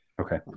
Okay